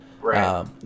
Right